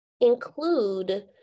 include